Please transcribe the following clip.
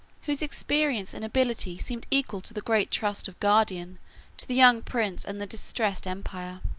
whose experience and ability seemed equal to the great trust of guardian to the young prince and the distressed empire.